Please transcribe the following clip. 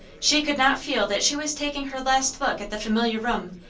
she could not feel that she was taking her last look at the familiar room,